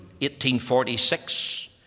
1846